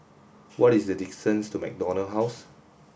what is the distance to MacDonald House